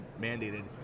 mandated